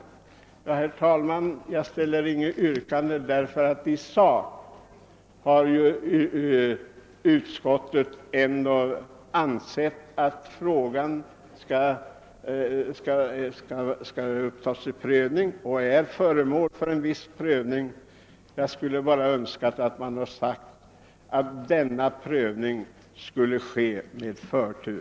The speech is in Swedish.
Herr talman! Jag framställer inget yrkande, ty i sak har utskottet ändå ansett att frågan skall upptas till prövning, och den är också redan föremål för en viss prövning. Jag skulle bara ha önskat att utskottet sagt att denna prövning skulle ske med förtur.